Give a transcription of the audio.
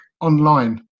online